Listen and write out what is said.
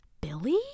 Billy